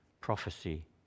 prophecy